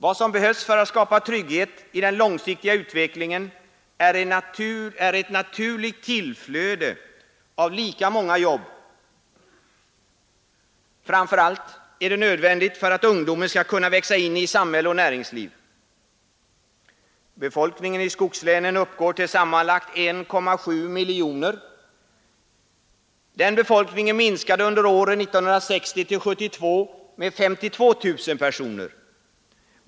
Vad som behövs för att skapa trygghet i den långsiktiga utvecklingen är ett naturligt tillflöde av lika många jobb; framför allt är det nödvändigt för att ungdomen skall kunna växa in i samhälle och näringsliv. Befolkningen i skogslänen uppgår till sammanlagt 1,7 miljoner. Den befolkningen minskade under åren 1960—1972 med 52 000 personer.